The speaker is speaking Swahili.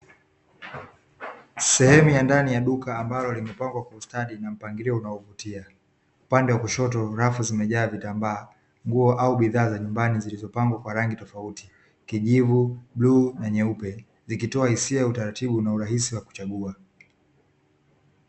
Sehemu ya ndani ya duka ambalo limepangwa kwa ustadi na mpangilio unaovutia, upande wa kushoto rafu zimejaa vitambaa, nguo au bidhaa za nyumbani zilizopangwa kwa rangi tofauti kijivu, bluu na nyeupe zikitoa hisia za utaratibu na urahisi wa kuchagua.